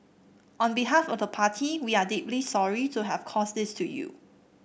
on behalf of the party we are deeply sorry to have caused this to you